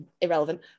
irrelevant